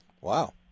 Wow